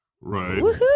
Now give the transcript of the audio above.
right